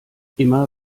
immer